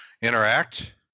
interact